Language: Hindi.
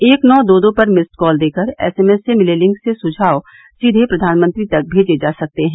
एक नौ दो दो पर मिस्ड कॉल देकर एसएमएस से मिले लिंक से सुझाव सीधे प्रधानमंत्री तक भेजे जा सकते हैं